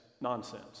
nonsense